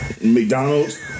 McDonald's